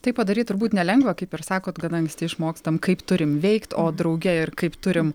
tai padaryt turbūt nelengva kaip ir sakot gana anksti išmokstam kaip turim veikt o drauge ir kaip turim